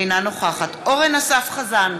אינה נוכחת אורן אסף חזן,